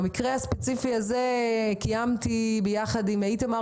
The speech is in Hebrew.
במקרה הספציפי הזה קיימתי ביחד עם איתמר